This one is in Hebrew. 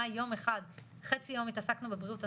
היה יום אחד שחצי יום התעסקנו בבריאות הנפש,